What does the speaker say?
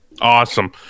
Awesome